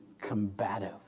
combative